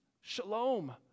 shalom